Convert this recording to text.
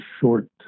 short